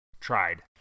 tried